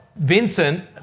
Vincent